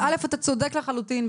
אתה צודק לחלוטין,